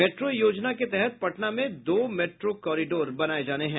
metro योजना के तहत पटना में दो मेट्रो कोरिडोर बनाये जाने हैं